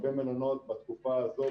הרבה מלונות בתקופה הזו,